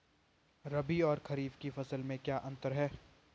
रबी और खरीफ की फसल में क्या अंतर है?